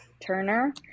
Turner